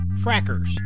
frackers